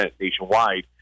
nationwide